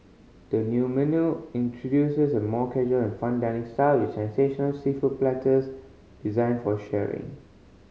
the new menu introduces a more casual and fun dining style with sensational seafood platters designed for sharing